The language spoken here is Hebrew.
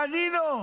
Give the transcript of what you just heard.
דנינו,